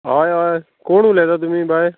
हय हय कोण उलयता तुमी बाय